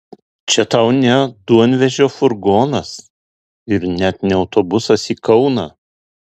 čia tau ne duonvežio furgonas ir net ne autobusas į kauną